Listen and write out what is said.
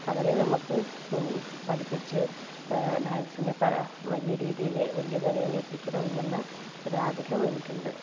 അവരെ നമുക്കു പഠിപ്പിച്ച് ഡാൻസിൻ്റെ പല വലിയ രീതിയില് വലിയ നിലയിലെത്തിക്കണം എന്നുള്ള ഒരാഗ്രഹം എനിക്കുണ്ട്